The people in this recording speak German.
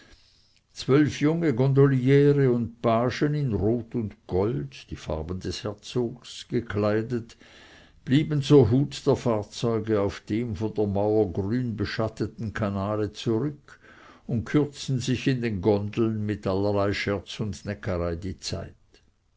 zwölf junge gondoliere und pagen in rot und gold die farben des herzogs gekleidet blieben zur hut der fahrzeuge auf dem von der mauer grün beschatteten canale zurück und kürzten sich in den gondeln mit allerlei scherz und neckerei die zeit